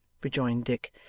rejoined dick.